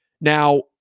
Now